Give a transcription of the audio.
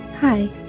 Hi